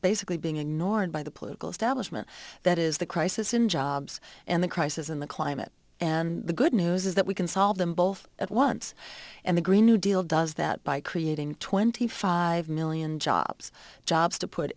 basically being ignored by the political establishment that is the crisis in jobs and the crisis in the climate and the good news is that we can solve them both at once and the green new deal does that by creating twenty five million jobs jobs to put